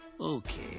Okay